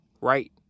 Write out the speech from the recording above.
right